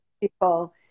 people